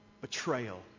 Betrayal